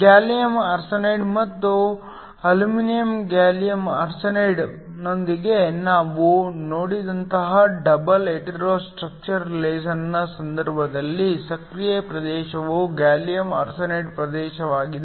gallium arsenide ಮತ್ತು aluminium gallium ಆರ್ಸೆನೈಡ್ನೊಂದಿಗೆ ನಾವು ನೋಡಿದಂತಹ ಡಬಲ್ ಹೆಟೆರೊ ಸ್ಟ್ರಕ್ಚರ್ ಲೇಸರ್ನ ಸಂದರ್ಭದಲ್ಲಿ ಸಕ್ರಿಯ ಪ್ರದೇಶವು ಗ್ಯಾಲಿಯಮ್ ಆರ್ಸೆನೈಡ್ ಪ್ರದೇಶವಾಗಿದೆ